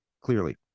clearly